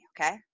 Okay